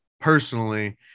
personally